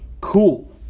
cool